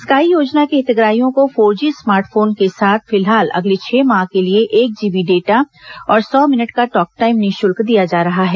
sky योजना के हितग्राहियों को फोर जी स्मार्ट फोन के साथ फिलहाल अगले छह माह के लिए एक जीबी डेटा और सौ मिनट का टॉकटाइम निःशुल्क दिया जा रहा है